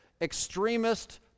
extremist